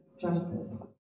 justice